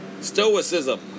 Stoicism